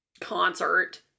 concert